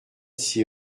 six